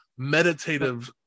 meditative